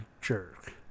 jerk